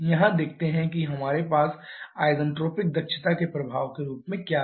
अब देखते हैं कि हमारे पास आईसेंट्रोपिक दक्षता के प्रभाव के रूप में क्या है